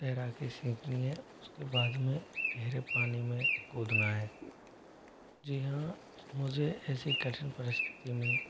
तैराकी सीखनी है उसके बाद में गहरे पानी में कूदना है जी हाँ मुझे ऐसी कठिन परिस्थिति में